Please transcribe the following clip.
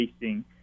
facing